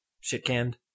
shit-canned